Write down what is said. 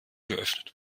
geöffnet